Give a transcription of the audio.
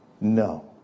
no